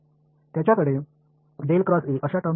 போன்ற வெளிப்பாடுகள் அவைகளுக்கு இருந்தன